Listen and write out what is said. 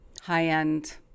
high-end